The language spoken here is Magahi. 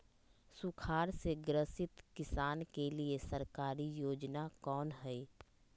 सुखाड़ से ग्रसित किसान के लिए सरकारी योजना कौन हय?